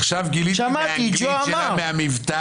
עכשיו גיליתי מהאנגלית שלה מהמבטא,